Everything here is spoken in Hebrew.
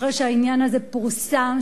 אחרי שהעניין הזה פורסם,